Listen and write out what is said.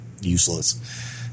useless